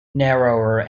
narrower